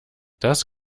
das